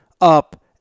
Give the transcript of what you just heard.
up